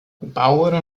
bauer